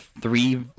three